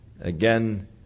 again